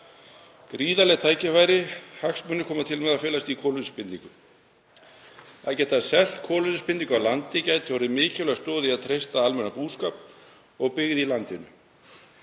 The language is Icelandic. Gríðarleg tækifæri og hagsmunir koma til með að felast í kolefnisbindingu. Að geta selt kolefnisbindingu á landi gæti orðið mikilvæg stoð í að treysta almennan búskap og byggð í landinu.